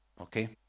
Okay